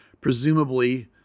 presumably